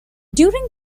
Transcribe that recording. during